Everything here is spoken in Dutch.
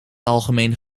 algemeen